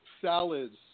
salads